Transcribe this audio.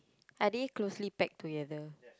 are they closely packed together